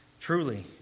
truly